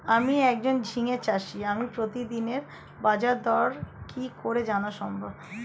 আমি একজন ঝিঙে চাষী আমি প্রতিদিনের বাজারদর কি করে জানা সম্ভব?